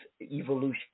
evolution